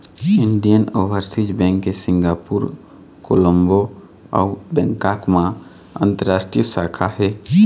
Indian Overseas Bank के Singapore, Colombo अउ Bangkok म अंतररास्टीय शाखा हे